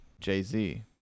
Jay-Z